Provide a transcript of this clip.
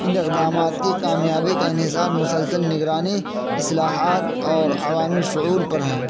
ان اقدامات کی کامیابی کا انحصار مسلسل نگرانی اصلاحات اور عوامی شعور پر ہیں